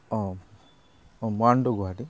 অঁ um Moran to Guwahati